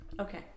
Okay